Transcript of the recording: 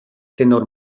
tenor